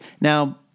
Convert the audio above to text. Now